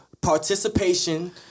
participation